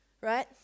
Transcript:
right